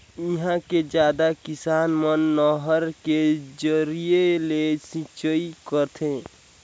इहां के जादा किसान मन नहर के जरिए ले सिंचई करथे